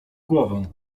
głowę